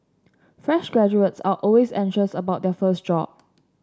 fresh graduates are always anxious about their first job